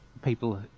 people